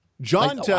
John